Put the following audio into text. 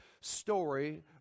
story